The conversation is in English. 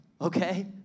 okay